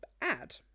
add